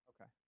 Okay